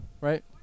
right